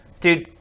Dude